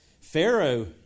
Pharaoh